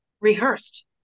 rehearsed